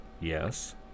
Yes